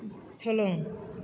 सोलों